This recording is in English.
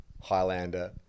Highlander